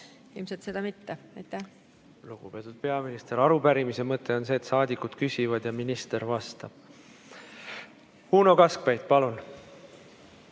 ilmselt mitte. Lugupeetud peaminister, arupärimise mõte on see, et saadikud küsivad ja minister vastab. Uno Kaskpeit, palun!